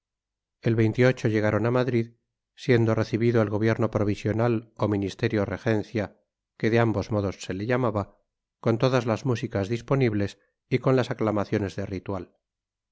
el llegaron a madrid siendo recibido el gobierno provisional o ministerio regencia que de ambos modos se le llamaba con todas las músicas disponibles y con las aclamaciones de ritual